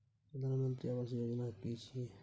प्रधानमंत्री आवास योजना कि छिए?